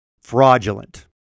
fraudulent